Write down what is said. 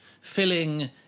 filling